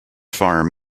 farm